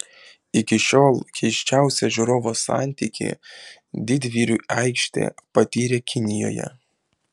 iki šiol keisčiausią žiūrovo santykį didvyrių aikštė patyrė kinijoje